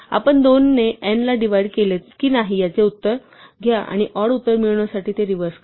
आपण 2 ने n ला डिव्हाइड केले की नाही याचे उत्तर घ्या आणि ऑड उत्तर मिळवण्यासाठी ते रिवर्स करा